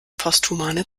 posthumane